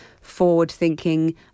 forward-thinking